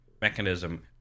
mechanism